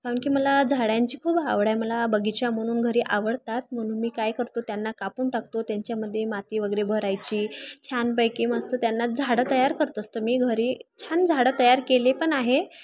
कारण की मला झाडांची खूप आवड आहे मला बगीचा म्हणून घरी आवडतात म्हणून मी काय करतो त्यांना कापून टाकतो त्यांच्यामध्ये माती वगैरे भरायची छानपैकी मस्त त्यांना झाडं तयार करत असतं मी घरी छान झाडं तयार केले पण आहे